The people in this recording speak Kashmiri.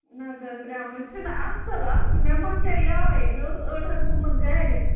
نہَ ددریٚومُت چھِنہٕ اَصٕل اَصٕل مےٚ مۅکلیے یَوے مےٚ اوس أڈۍ ہَن تھوٚمُت گَرِ